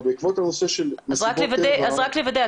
רק לוודא.